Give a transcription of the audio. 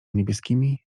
niebieskimi